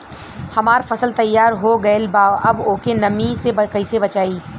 हमार फसल तैयार हो गएल बा अब ओके नमी से कइसे बचाई?